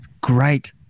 great